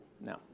No